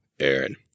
Aaron